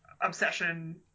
obsession